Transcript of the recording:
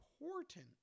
important